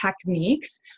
techniques